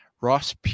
Ross